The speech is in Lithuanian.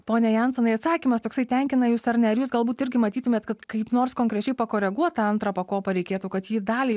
pone jansonai atsakymas toksai tenkina jus ar ne ar jūs galbūt irgi matytumėt kad kaip nors konkrečiai pakoreguot tą antrą pakopą reikėtų kad ji daliai